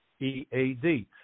EAD